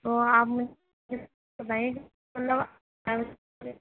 تو آپ مجھے بتائیے گا مطلب